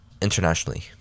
internationally